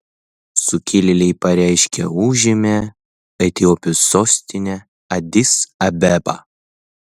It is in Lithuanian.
sukilėliai pareiškė užėmę etiopijos sostinę adis abebą